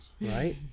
right